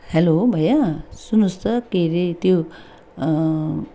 hello भैया सुन्नुहोस् त के अरे त्यो